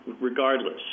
regardless